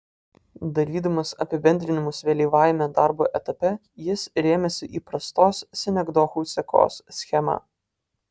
darydamas apibendrinimus vėlyvajame darbo etape jis rėmėsi įprastos sinekdochų sekos schema